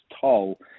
toll